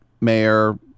mayor